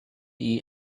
eat